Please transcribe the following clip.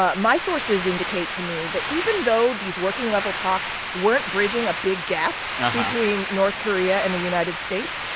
ah my sources indicate to me that, even though these working-level talks weren't bridging a big gap between north korea and the united states,